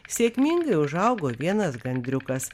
sėkmingai užaugo vienas gandriukas